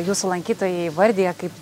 jūsų lankytojai įvardija kaip